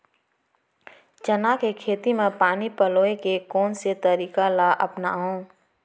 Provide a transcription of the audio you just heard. चना के खेती म पानी पलोय के कोन से तरीका ला अपनावव?